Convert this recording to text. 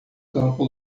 campo